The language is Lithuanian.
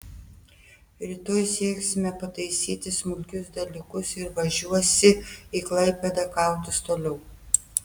rytoj sieksime pataisyti smulkius dalykus ir važiuosi į klaipėdą kautis toliau